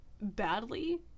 badly